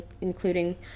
including